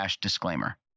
disclaimer